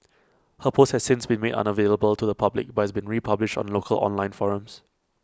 her post has since been made unavailable to the public but has been republished on local online forums